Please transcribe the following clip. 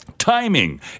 Timing